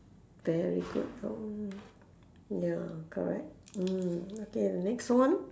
very good ya correct mm okay the next one